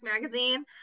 magazine